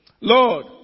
Lord